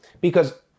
because-